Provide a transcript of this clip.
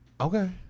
Okay